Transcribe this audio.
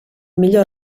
millor